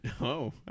no